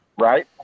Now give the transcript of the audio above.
right